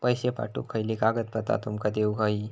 पैशे पाठवुक खयली कागदपत्रा तुमका देऊक व्हयी?